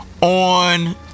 on